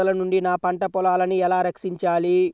వరదల నుండి నా పంట పొలాలని ఎలా రక్షించాలి?